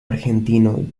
argentino